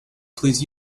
please